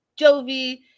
jovi